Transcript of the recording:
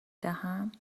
دهم